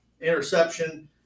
interception –